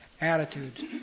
attitudes